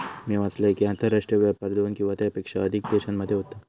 मी वाचलंय कि, आंतरराष्ट्रीय व्यापार दोन किंवा त्येच्यापेक्षा अधिक देशांमध्ये होता